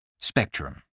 Spectrum